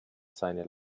seine